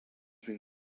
been